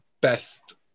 best